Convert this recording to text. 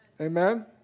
Amen